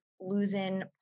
losing